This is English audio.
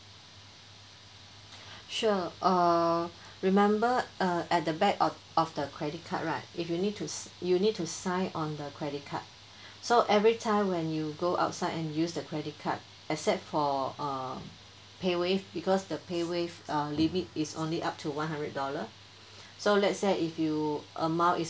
sure uh remember uh at the back of of the credit card right if you need to si~ you need to sign on the credit card so every time when you go outside and use the credit card except for uh PayWave because the PayWave uh limit is only up to one hundred dollar so let's say if you amount is